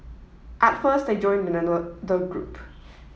at first I joined the group